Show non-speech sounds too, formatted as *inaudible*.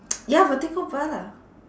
*noise* ya vertical bar lah